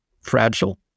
fragile